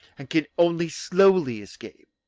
and can only slowly escape.